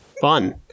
Fun